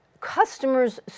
customers